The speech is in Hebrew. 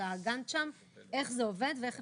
עכשיו למשל